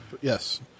Yes